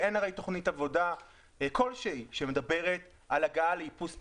אין הרי תוכנית עבודה כלשהי שמדברת על הגעה לאיפוס פחמני.